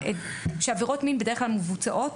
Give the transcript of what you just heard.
כאשר עבירות מין בדרך כלל מבוצעות,